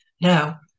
now